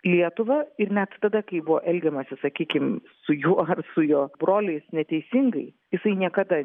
lietuva ir net tada kai buvo elgiamasi sakykim su juo ar su jo broliais neteisingai jisai niekada